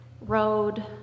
road